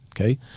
okay